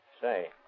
Say